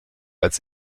als